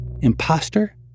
imposter